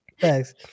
Thanks